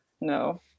no